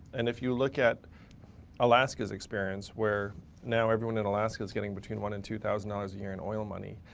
and if you look at alaska's experience, where now everyone in alaska is getting between one and two thousand dollars a year in oil money.